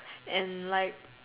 and like